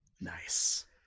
Nice